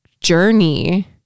journey